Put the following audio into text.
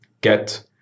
get